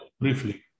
Briefly